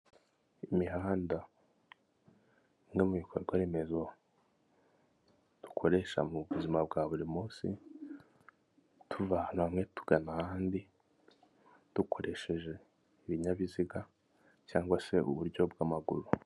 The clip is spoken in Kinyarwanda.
Imihanda. Bimwe mu bikorwa remezo dukoresha mu buzima bwa buri munsi, tuva ahantu hamwe tugana ahandi, dukoresheje ibinyabiziga cyangwa se uburyo bw'amaguru.